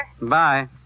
Bye